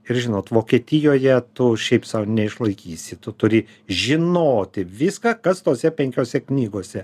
ir žinot vokietijoje to šiaip sau neišlaikysi tu turi žinoti viską kas tose penkiose knygose